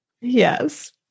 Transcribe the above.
Yes